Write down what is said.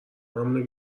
همونو